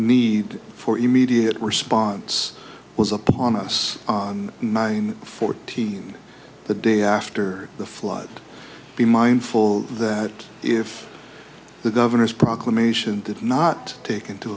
need for immediate response was upon us on nine fourteen the day after the flood be mindful that if the governor's proclamation did not take into